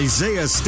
Isaiah